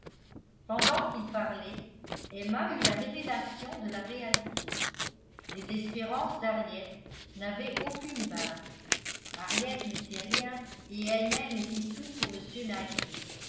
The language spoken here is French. pendant qu'il parlait emma eut la révélation de la réalité les espérances d'henriette n'avaient aucune base henriette n'était rien et elle-même était tout pour